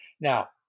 Now